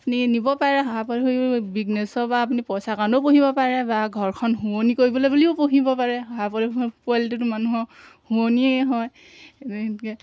আপুনি নিব পাৰে শহাপহু বিজনেছৰ বা আপুনি পইচা কাৰণেও পুহিব পাৰে বা ঘৰখন শুৱনি কৰিবলৈ বুলিও পুহিব পাৰে শহাপহুবোৰ পোৱালিটোতো মানুহক শুৱনিয়ে হয়